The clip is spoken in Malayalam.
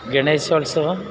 ഗണേശോത്സവം